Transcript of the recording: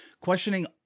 Questioning